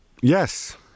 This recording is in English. Yes